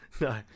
No